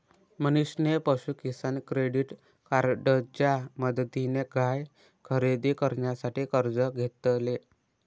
मनीषने पशु किसान क्रेडिट कार्डच्या मदतीने गाय खरेदी करण्यासाठी कर्ज घेतले